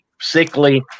sickly